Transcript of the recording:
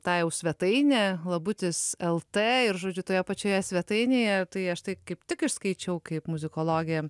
tą jau svetainę labutis lt žodžiu toje pačioje svetainėje tai aš tai kaip tik išskaičiau kaip muzikologė